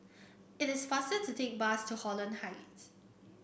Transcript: it is faster to take the bus to Holland Heights